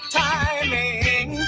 timing